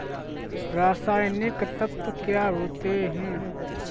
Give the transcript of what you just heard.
रसायनिक तत्व क्या होते हैं?